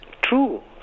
True